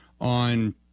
on